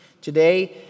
Today